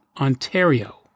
Ontario